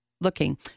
looking